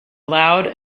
loud